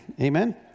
Amen